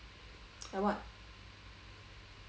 like what